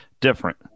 different